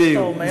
כמו שאתה אומר.